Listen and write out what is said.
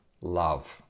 love